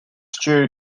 stew